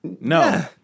No